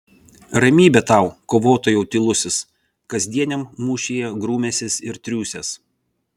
ramybė tau kovotojau tylusis kasdieniam mūšyje grūmęsis ir triūsęs